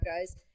guys